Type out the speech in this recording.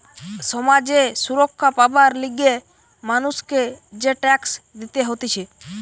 সমাজ এ সুরক্ষা পাবার লিগে মানুষকে যে ট্যাক্স দিতে হতিছে